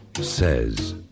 says